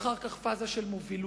ואחר כך, לפאזה של מובילות.